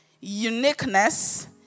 uniqueness